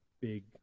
big